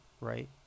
right